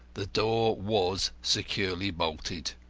the door was securely bolted.